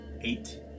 eight